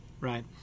right